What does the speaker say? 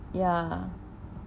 ya